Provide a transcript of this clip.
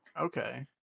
Okay